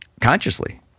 consciously